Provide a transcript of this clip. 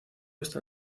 hasta